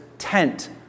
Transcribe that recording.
Tent